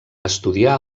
estudiar